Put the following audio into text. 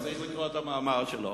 אני צריך לקרוא את המאמר שלו.